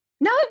No